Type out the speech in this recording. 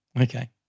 Okay